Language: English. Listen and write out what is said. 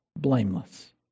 blameless